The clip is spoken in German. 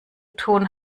tun